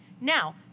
now